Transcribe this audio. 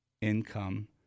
income